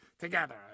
together